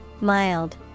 Mild